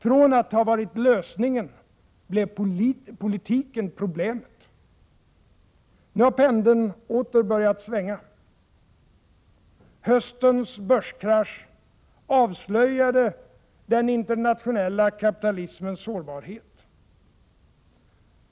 Från att ha varit lösningen blev politiken problemet. Nu har pendeln åter börjat svänga. Höstens börskrasch avslöjade den internationella kapitalismens sårbarhet.